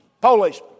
Police